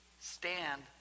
stand